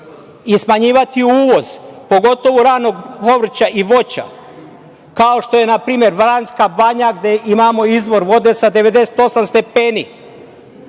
smanjivati uvoz, pogotovo ranog povrća i voća, kao što je na primer Vranjska banja gde imamo izvor vode sa 98 stepeni.